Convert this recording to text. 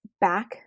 back